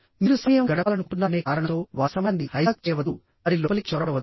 మీరు సమయం గడపాలనుకుంటున్నారనే కారణంతో వారి సమయాన్ని హైజాక్ చేయవద్దు వారి లోపలికి చొరబడవద్దు